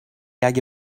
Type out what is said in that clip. اگه